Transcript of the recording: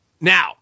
Now